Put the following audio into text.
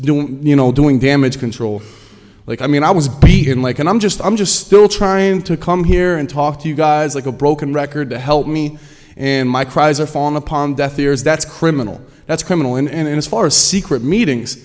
you know doing damage control like i mean i was beaten like and i'm just i'm just still trying to come here and talk to you guys like a broken record to help me and my cries are falling upon death ears that's criminal that's criminal and as far as secret meetings